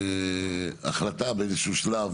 שתהיה החלטה באיזה שהוא שלב